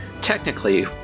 technically